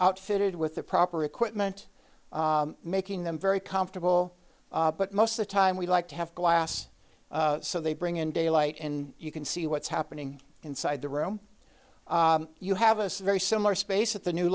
outfitted with the proper equipment making them very comfortable but most of the time we like to have glass so they bring in daylight and you can see what's happening inside the room you have a very similar space at the new